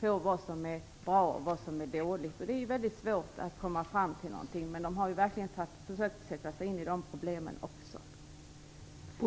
vad som är bra och vad som är dåligt. Det är väldigt svårt att komma fram till någonting, men de har verkligen försökt sätta sig in i de problemen också.